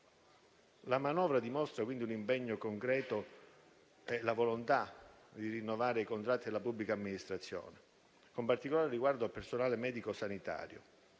La manovra dimostra quindi un impegno concreto e la volontà di rinnovare i contratti della pubblica amministrazione, con particolare riguardo al personale medico sanitario.